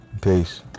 peace